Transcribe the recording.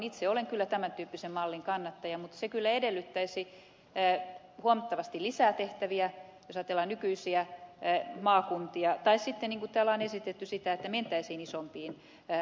itse olen kyllä tämän tyyppisen mallin kannattaja mutta se kyllä edellyttäisi huomattavasti lisää tehtäviä jos ajatellaan nykyisiä maakuntia tai sitten niin kuin täällä on esitetty sitä että mentäisiin isompiin maakuntiin